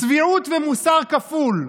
צביעות ומוסר כפול.